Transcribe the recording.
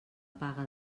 paga